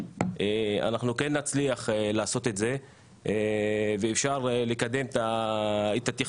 אנחנו כן נצליח לעשות את זה ואפשר יהיה לקדם את התכנון.